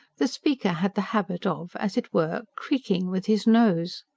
the speaker had the habit of, as it were, creaking with his nose.